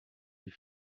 die